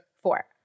Four